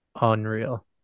unreal